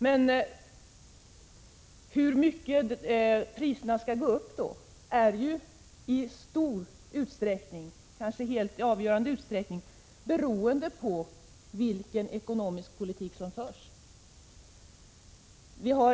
Men hur stora prishöjningarna blir är ju i kanske avgörande utsträckning beroende på vilken ekonomisk politik som förs.